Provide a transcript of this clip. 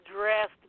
dressed